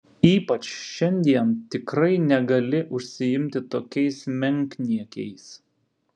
ypač šiandien tikrai negali užsiimti tokiais menkniekiais